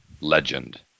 legend